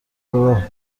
راه